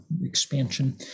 expansion